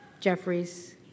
Jeffries